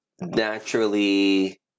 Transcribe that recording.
naturally